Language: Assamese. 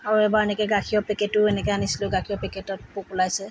আৰু এবাৰ এনেকৈ গাখীৰৰ পেকেটো এনেকৈ আনিছিলোঁ গাখীৰৰ পেকেটত পোক ওলাইছে